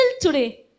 today